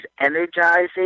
energizing